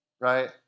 right